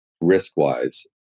risk-wise